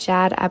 Jad